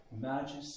majesty